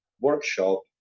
workshop